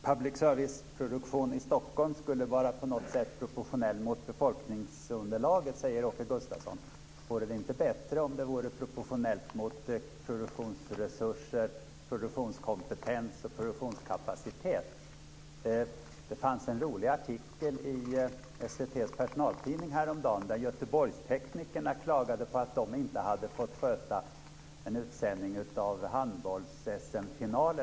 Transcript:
Fru talman! Åke Gustavsson talar om att public service-produktionen i Stockholm skulle vara proportionell mot befolkningsunderlaget. Vore det inte bättre om den vore proportionell mot produktionsresurser, produktionskompetens och produktionskapacitet? Det fanns en rolig artikel i SVT:s personaltidning häromdagen, där Göteborgsteknikerna klagade på att de inte hade fått sköta en utsändning av SM finalen i handboll.